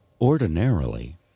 ordinarily